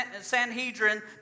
Sanhedrin